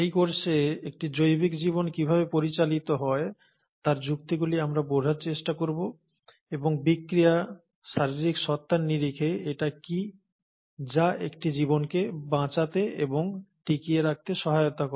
এই কোর্সে একটি জৈবিক জীবন কিভাবে পরিচালিত হয় তার যুক্তিগুলি আমরা বোঝার চেষ্টা করব এবং বিক্রিয়া শারীরিক সত্তার নিরিখে এটা কি যা একটি জীবনকে বাঁচতে ও টিকিয়ে রাখতে সহায়তা করে